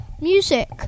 music